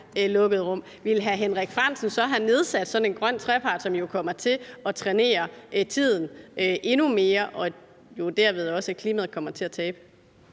lukkede rum, ville hr. Henrik Frandsen så have nedsat sådan en grøn trepart, som jo kommer til at trænere tiden endnu mere, hvilket jo derved også betyder, at klimaet kommer til at tabe?